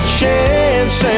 chance